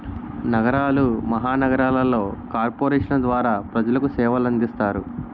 నగరాలు మహానగరాలలో కార్పొరేషన్ల ద్వారా ప్రజలకు సేవలు అందిస్తారు